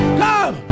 come